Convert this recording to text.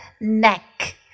neck